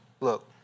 Look